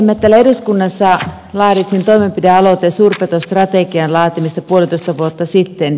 me täällä eduskunnassa laadimme toimenpidealoitteen suurpetostrategian laatimisesta puolitoista vuotta sitten